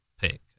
pick